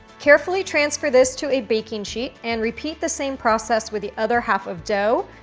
carefully transfer this to a baking sheet and repeat the same process with the other half of dough.